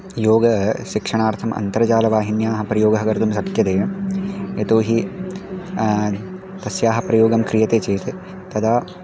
योगस्य शिक्षणार्थम् अन्तर्जालवाहिन्याः प्रयोगः कर्तुं शक्यते यतो हि तस्याः प्रयोगं क्रियते चेत् तदा